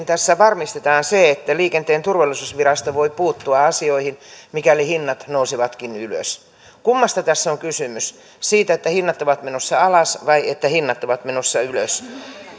tässä varmistetaan se että liikenteen turvallisuusvirasto voi puuttua asioihin mikäli hinnat nousevatkin ylös kummasta tässä on kysymys siitä että hinnat ovat menossa alas vai siitä että hinnat ovat menossa ylös